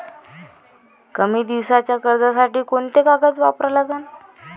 कमी दिसाच्या कर्जासाठी कोंते कागद लागन?